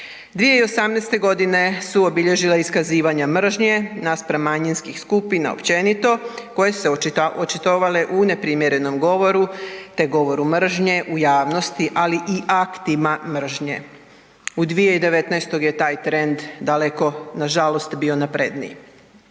2018. g. su obilježivala iskazivanja mržnje naspram manjinskih skupina općenito koje su se očitovale u neprimjerenom govoru te govoru mržnje u javnosti ali i aktima mržnje. U 2019. je taj trend daleko nažalost bio napredniji.